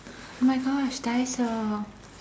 oh my gosh Daiso